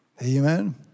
Amen